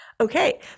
Okay